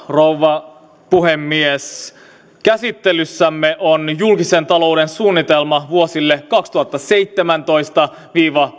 rouva puhemies käsittelyssämme on julkisen talouden suunnitelma vuosille kaksituhattaseitsemäntoista viiva